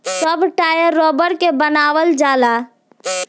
सब टायर रबड़ के बनावल जाला